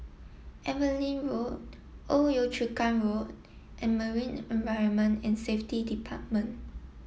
Evelyn Road Old Yio Chu Kang Road and Marine Environment and Safety Department